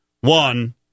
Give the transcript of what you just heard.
One